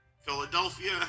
Philadelphia